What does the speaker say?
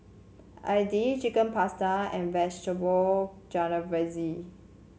Idili Chicken Pasta and Vegetable Jalfrezi